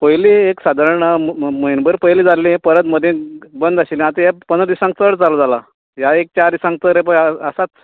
पयली एक सादाराण म्हयनो भर पयली जाल्ले परत मदें बंद आशिल्ले आतां ह्या पदरां दिसांक चड चालू जाला ह्या एक चार दिसांक तर हेपय आसात